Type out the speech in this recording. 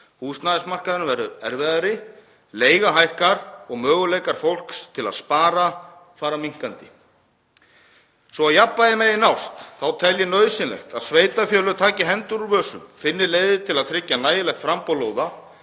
Húsnæðismarkaðurinn verður erfiðari, leiga hækkar og möguleikar fólks til að spara fara minnkandi. Svo að jafnvægi megi nást tel ég nauðsynlegt að sveitarfélög taki hendur úr vösum; finni leiðir til að tryggja nægilegt framboð lóða;